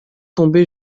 tombé